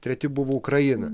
treti buvo ukraina